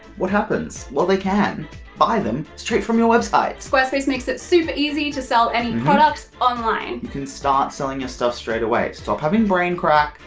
what happens? well they can buy them straight from your website. squarespace makes it super easy to sell any products online. you can start selling your stuff straight away. stop having braincrack,